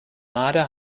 marder